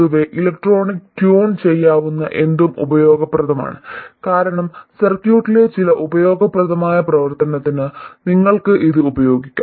പൊതുവേ electronic tune ചെയ്യാവുന്ന എന്തും ഉപയോഗപ്രദമാണ് കാരണം സർക്യൂട്ടിലെ ചില ഉപയോഗപ്രദമായ പ്രവർത്തനത്തിന് നിങ്ങൾക്ക് ഇത് ഉപയോഗിക്കാം